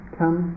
come